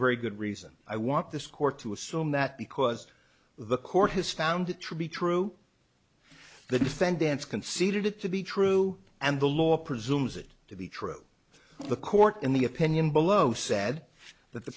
very good reason i want this court to assume that because the court has found it to be true the defendants considered it to be true and the law presumes it to be true the court in the opinion below said that the